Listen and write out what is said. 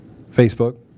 Facebook